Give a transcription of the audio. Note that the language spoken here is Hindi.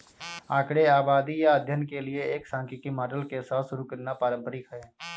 आंकड़े आबादी या अध्ययन के लिए एक सांख्यिकी मॉडल के साथ शुरू करना पारंपरिक है